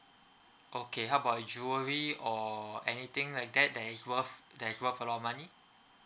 okay how about jewellery or anything like that that is worth that is worth a lot of money